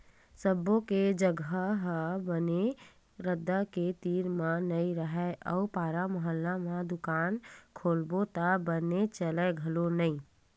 सब्बो के जघा ह बने रद्दा के तीर म नइ राहय अउ पारा मुहल्ला म दुकान खोलबे त बने चलय घलो नहि